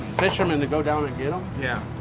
fishermen to go down and get um yeah